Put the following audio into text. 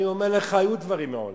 אני אומר לך, היו דברים מעולם.